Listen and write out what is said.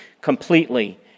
completely